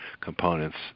components